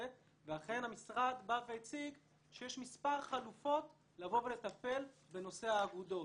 ואכן המשרד בא והציג שיש מספר חלופות לטפל בנושא האגודות.